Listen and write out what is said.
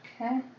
Okay